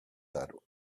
that